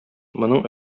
моның